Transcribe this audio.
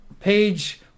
page